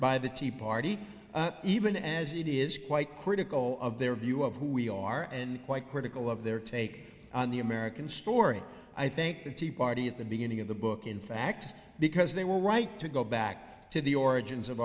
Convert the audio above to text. by the tea party even as it is quite critical of their view of who we are and quite critical of their take on the american story i think the tea party at the beginning of the book in fact because they were right to go back to the origins of